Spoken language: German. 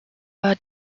war